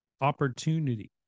Opportunity